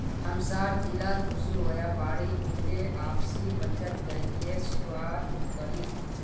हमसार जिलात कुछु व्यापारी मिले आपसी बचत बैंकेर शुरुआत करील